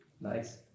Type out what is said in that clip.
Nice